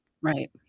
Right